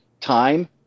time